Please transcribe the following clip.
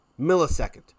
millisecond